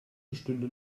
bestünde